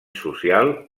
social